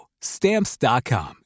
Stamps.com